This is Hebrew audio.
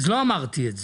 אז לא אמרתי את זה.